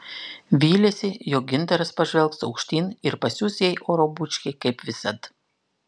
vylėsi jog gintaras pažvelgs aukštyn ir pasiųs jai oro bučkį kaip visad